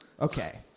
Okay